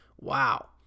Wow